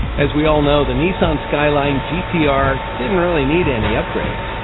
as we all know, the nissan skyline gtr didn't really need any upgrades,